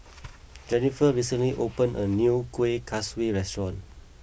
Jenniffer recently opened a new Kueh Kaswi restaurant